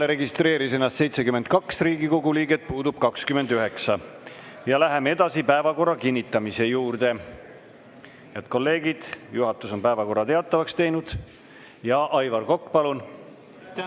29. Läheme päevakorra kinnitamise juurde. Head kolleegid, juhatus on päevakorra teatavaks teinud. Aivar Kokk, palun!